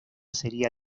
sería